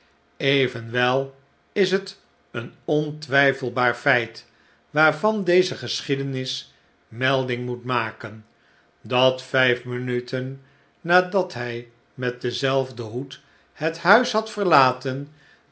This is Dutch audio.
evenwel is het een ontwijfelbaar feit waarvan deze geschiedenis melding moet maken dat vijf minuten nadat hij met denzelfden hoed het huis had verlaten